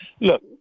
Look